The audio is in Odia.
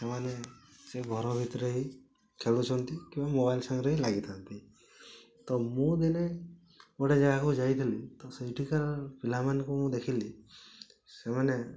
ସେମାନେ ସେ ଘର ଭିତରେ ହିଁ ଖେଳୁଛନ୍ତି କି ମୋବାଇଲ୍ ସାଙ୍ଗରେ ଲାଗିଥାନ୍ତି ତ ମୁଁ ଦିନେ ଗୋଟେ ଜାଗାକୁ ଯାଇଥିଲି ତ ସେଇଠିକାର ପିଲାମାନଙ୍କୁ ମୁଁ ଦେଖିଲି ସେମାନେ